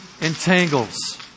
entangles